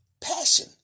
passion